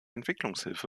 entwicklungshilfe